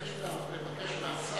אם אפשר לבקש מהשר